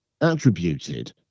attributed